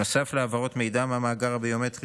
נוסף להעברות מידע מהמאגר הביומטרי,